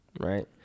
Right